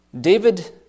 David